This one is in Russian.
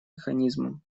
механизмам